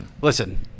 listen